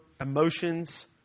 emotions